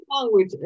language